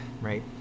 right